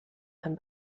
than